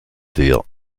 dir